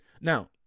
Now